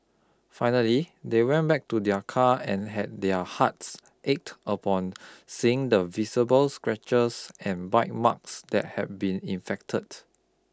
finally they went back to their car and had their hearts ached upon seeing the visible scratches and bite marks that had been infected